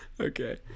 okay